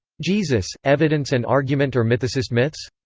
jesus evidence and argument or mythicist myths.